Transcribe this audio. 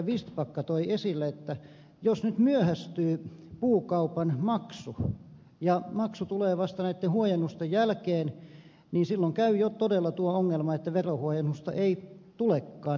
vistbacka toi esille että jos nyt myöhästyy puukaupan maksu ja maksu tulee vasta näitten huojennusten jälkeen niin silloin käy jo todella tuo ongelma että veronhuojennusta ei tulekaan